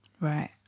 Right